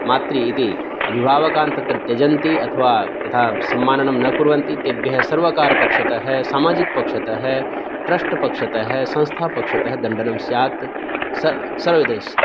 मात्रि इति अभिभावकान् तत्र त्यजन्ति अथवा तथा सम्माननं न कुर्वन्ति तेभ्यः सर्वकारपक्षतः सामाजिकपक्षतः ट्रस्ट्पक्षतः संस्थापक्षतः दण्डनं स्यात् स सवदा